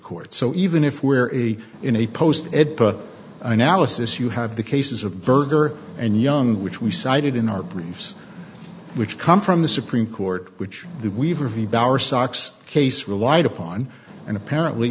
court so even if we're a in a post ed but analysis you have the cases of berger and young which we cited in our briefs which come from the supreme court which we've reviewed our socks case relied upon and apparently